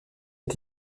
est